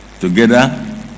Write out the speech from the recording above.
together